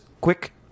Quick